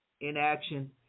inaction